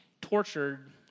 tortured